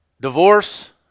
divorce